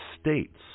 states